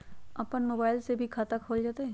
अपन मोबाइल से भी खाता खोल जताईं?